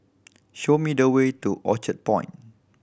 show me the way to Orchard Point